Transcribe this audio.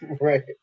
Right